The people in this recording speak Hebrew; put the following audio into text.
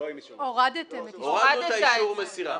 הורדנו את אישור המסירה.